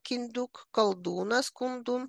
kinduk koldūną koldūn